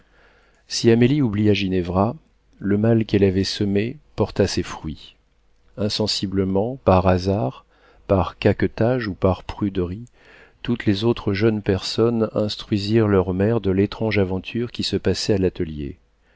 si amélie oublia ginevra le mal qu'elle avait semé porta ses fruits insensiblement par hasard par caquetage ou par pruderie toutes les autres jeunes personnes instruisirent leurs mères de l'étrange aventure qui se passait à l'atelier